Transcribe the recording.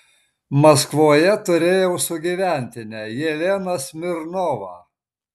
maskvoje turėjau sugyventinę jeleną smirnovą